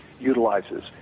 utilizes